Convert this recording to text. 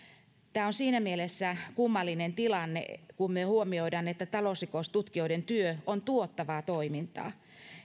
tämä on siinä mielessä kummallinen tilanne kun huomioidaan että talousrikostutkijoiden työ on tuottavaa toimintaa